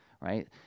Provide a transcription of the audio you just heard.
right